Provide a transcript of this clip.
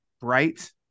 bright